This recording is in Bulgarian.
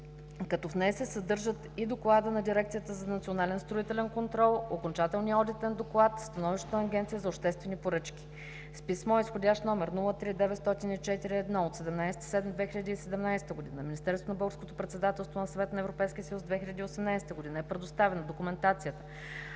като в нея се съдържат и докладът на Дирекцията за национален строителен контрол, окончателния одитен доклад, становището на Агенцията за обществени поръчки. С писмо изх., № 03-904-1/17.07.2017 г. на Министерство за Българското председателство на Съвета на Европейския съюз 2018 г. е предоставена документацията,